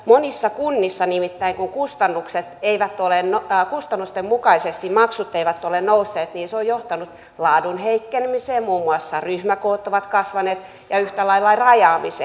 monissa kunnissa nimittäin kun kustannusten mukaisesti maksut eivät ole nousseet se on johtanut laadun heikkenemiseen muun muassa ryhmäkoot ovat kasvaneet ja yhtä lailla rajaamiseen